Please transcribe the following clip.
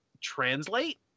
translate